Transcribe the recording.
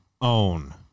own